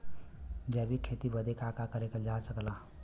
जैविक खेती बदे का का करल जा सकेला?